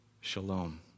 Shalom